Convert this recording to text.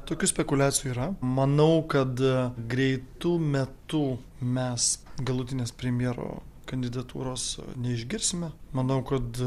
tokių spekuliacijų yra manau kad greitu metu mes galutinės premjero kandidatūros neišgirsime manau kad